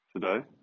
today